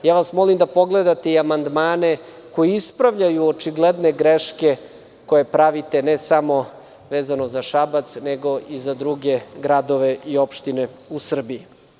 Molim vas da pogledate i amandmane koji ispravljaju očigledne greške koje pravite, ne samo vezano za Šabac, nego i za druge gradove i opštine u Srbiji.